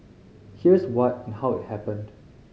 here's what and how it happened